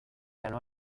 ganó